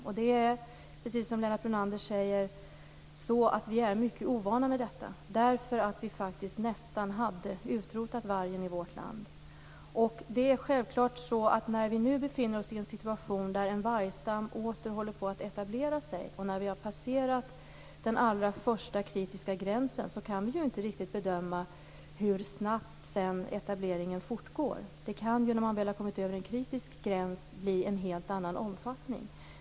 Vi är ovana vid detta - precis som Lennart Brunander säger. Vi hade nästan utrotat vargen i vårt land. En vargstam håller åter på att etablera sig, och den första kritiska gränsen har passerats. Vi kan inte riktigt bedöma hur snabbt etableringen fortgår. Efter det att den kritiska gränsen har passerats kan det bli en helt annan omfattning.